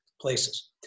places